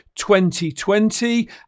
2020